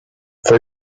for